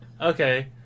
Okay